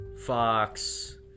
Fox